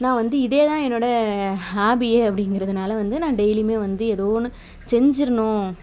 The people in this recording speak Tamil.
நான் வந்து இதே தான் என்னோடய ஹாபியே அப்படிங்கிறதுனால வந்து நான் டெய்லியுமே வந்து ஏதோ ஒன்று செஞ்சுர்ணும்